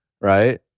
right